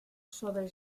sobre